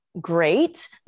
great